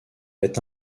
est